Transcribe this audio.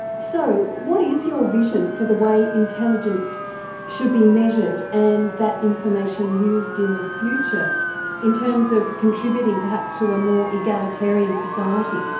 so what is your vision for the way intelligence should be measured and that information used in the future in terms of contributing perhaps to a more egalitarian society?